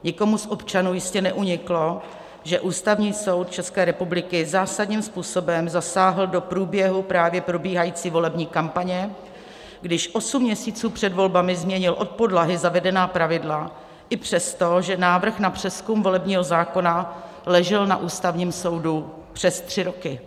Nikomu z občanů jistě neuniklo, že Ústavní soud České republiky zásadním způsobem zasáhl do průběhu právě probíhající volební kampaně, když osm měsíců před volbami změnil od podlahy zavedená pravidla i přes to, že návrh na přezkum volebního zákona ležel na Ústavním soudu přes tři roky.